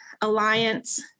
Alliance